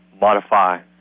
modify